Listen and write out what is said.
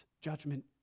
judgment